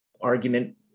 argument